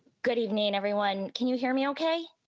good evening, everyone, can you hear me okay?